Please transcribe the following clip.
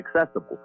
accessible